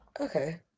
Okay